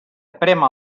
prémer